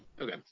Okay